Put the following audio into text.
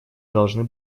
должны